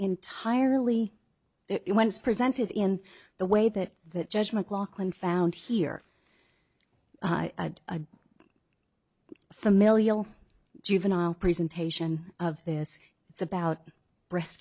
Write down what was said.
entirely when it's presented in the way that that judge mclachlan found here a familial juvenile presentation of this it's about breast